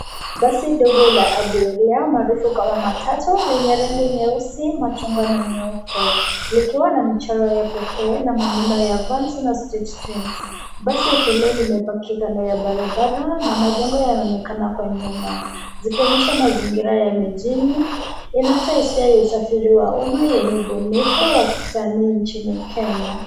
Basi dogo la abiria maarufu kama matatu yenye rangi nyeusi, machungwa na nyeupe; likiwa na michoro ya pekee na maneno ya vans na street twins . Basi hilo limepaki kando ya barabara na majengo yanaonekana kwa nyuma; zikionyesha mazingira ya mijini. Inatoa hisia ya usafiri wa umma yenye ubunifu wa kisanii nchini Kenya.